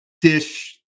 dish